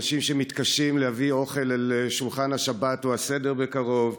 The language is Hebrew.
אנשים שמתקשים להביא אוכל לשולחן השבת או הסדר בקרוב,